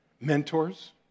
mentors